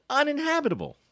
uninhabitable